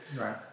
Right